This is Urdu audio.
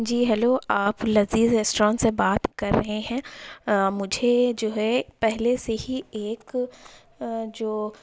جی ہیلو آپ لذیذ ریسٹورینٹ سے بات کر رہے ہیں مجھے جو ہے پہلے سے ہی ایک جو